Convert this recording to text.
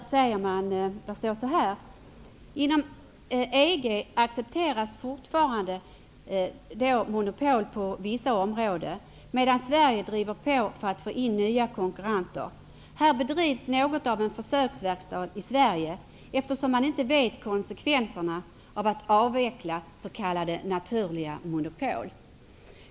Av en artikel i Affärsvärlden framgår det att inom EG accepteras fortfarande monopol på vissa områden, medan Sverige driver på att få in nya konkurrenter. Här bedrivs något av en försöksverkstad i Sverige, eftersom man inte vet konsekvenserna av att avveckla s.k. naturliga monopol.